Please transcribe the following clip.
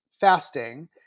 fasting